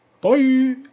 Bye